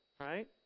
right